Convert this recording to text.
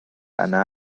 yna